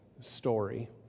story